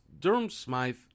Durham-Smythe